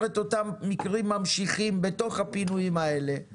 את אותם מקרים ממשיכים בתוך הפינויים האלה,